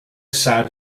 sad